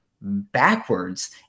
backwards